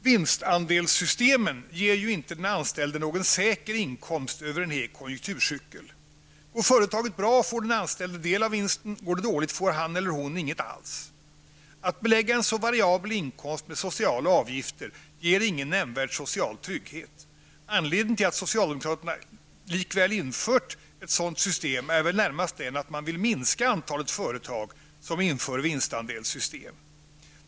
Vinstandelssystemen ger inte den anställde någon säker inkomst över en hel konjunkturcykel. Går företaget bra, får den anställde del av vinsten. Går det dåligt, får han eller hon inget alls. Att belägga en så variabel inkomst med sociala avgifter ger ingen nämnvärd social trygghet. Anledningen till att socialdemokraterna likväl infört ett sådant system är väl närmast den, att man vill minska antalet företag som inför vinstandelssystem.